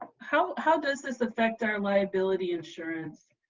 how how does this affect our liability insurance,